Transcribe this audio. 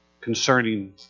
concerning